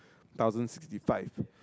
thousand sixty five